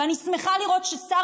ואני שמחה לראות ששר